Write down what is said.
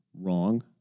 wrong